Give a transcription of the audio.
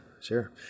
Sure